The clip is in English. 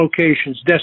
locations